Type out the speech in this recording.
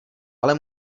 ale